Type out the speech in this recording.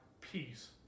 peace